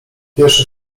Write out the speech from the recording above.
pierwszy